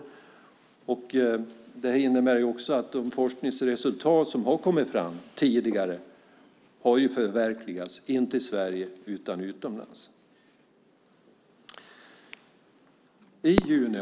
Det innebär att de forskningsresultat som kommit fram tidigare har förverkligats, dock inte i Sverige utan utomlands.